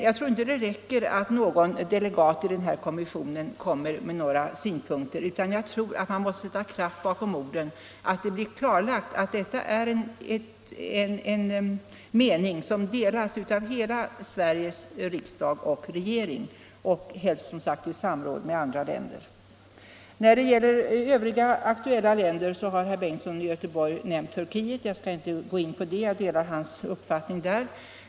Jag tror inte att det räcker med att någon delegat i denna kommission kommer med dessa synpunkter, utan det måste sättas kraft bakom orden så att det blir klarlagt att denna mening delas av hela Sveriges riksdag och regering, och denna deklaration bör helst göras i samråd med även andra länder. När det gäller övriga aktuella länder har herr Bengtsson i Göteborg nämnt Turkiet. Jag skall inte gå in på det. Jag delar hans uppfattning där.